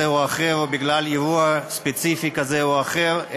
או אחר או בגלל אירוע ספציפי כזה או אחר,